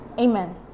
Amen